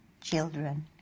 children